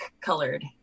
colored